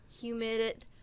humid